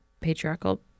patriarchal